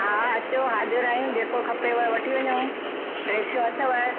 हा अचो हाजिर आयूं जेको खपेव वठी वञो ड्रेसूं अथव